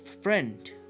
friend